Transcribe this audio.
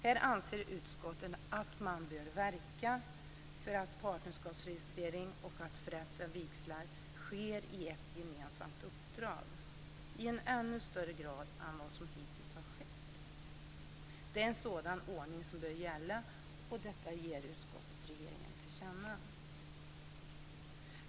Här anser utskottet att man bör verka för att partnerskapsregistrering och vigselförrättning sker i ett gemensamt uppdrag i ännu större grad än vad som hittills har skett. Det är en sådan ordning som bör gälla, och detta ger utskottet regeringen till känna.